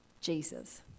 Jesus